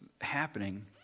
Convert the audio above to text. happening